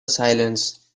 silence